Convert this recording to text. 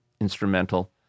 instrumental